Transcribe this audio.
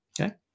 Okay